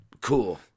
cool